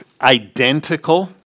identical—